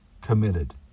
committed